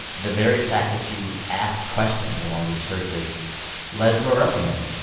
the very fact that you asked questions in one of these churches led to a reprimand.